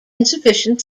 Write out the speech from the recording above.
insufficient